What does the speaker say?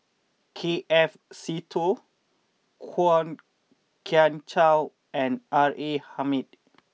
K F Seetoh Kwok Kian Chow and R A Hamid